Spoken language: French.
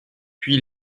puis